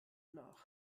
nach